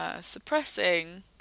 Suppressing